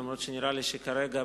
אף-על-פי שנראה לי שכרגע,